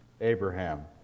Abraham